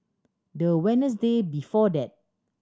the Wednesday before that